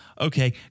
okay